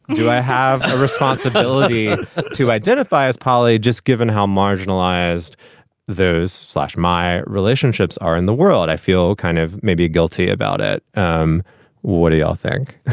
do i have a responsibility to identify as poly, just given how marginalized those slash my relationships are in the world? i feel kind of maybe guilty about it. um what do you all think?